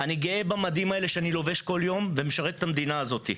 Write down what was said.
אני גאה במדים שאני לובש כל יום ומשרת את המדינה הזאת.